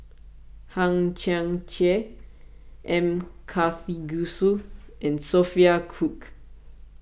Hang Chang Chieh M Karthigesu and Sophia Cooke